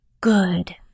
Good